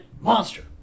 Monster